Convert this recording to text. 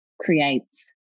creates